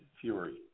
Fury